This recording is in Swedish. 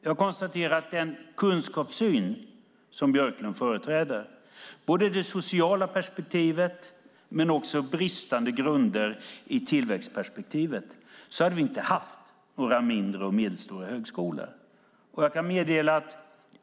Jag konstaterar att med den kunskapssyn som Björklund företräder, det sociala perspektivet och bristande grunder i tillväxtperspektivet, hade vi inte haft några mindre och medelstora högskolor.